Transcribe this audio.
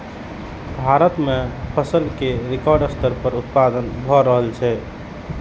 भारत मे फसल केर रिकॉर्ड स्तर पर उत्पादन भए रहल छै